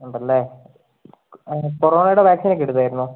ഉണ്ടല്ലേ ആ കോറോണയുടെ വാക്സിൻ ഒക്കെ എടുത്തായിരുന്നോ